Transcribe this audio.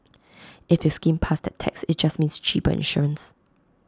if you skimmed past that text IT just means cheaper insurance